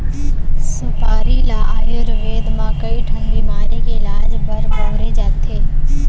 सुपारी ल आयुरबेद म कइ ठन बेमारी के इलाज बर बउरे जाथे